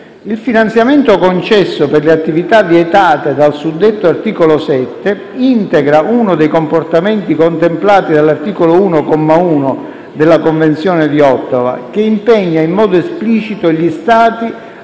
Il finanziamento concesso per le attività vietate dal suddetto articolo 7 integra uno dei comportamenti contemplati dall'articolo 1, comma 1, della Convenzione di Ottawa, che impegna in modo esplicito gli Stati